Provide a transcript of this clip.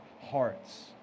hearts